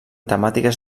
temàtiques